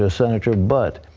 ah senator, but,